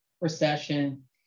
recession